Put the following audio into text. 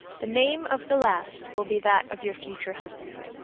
the name of the last will be that of your future husband.